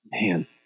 Man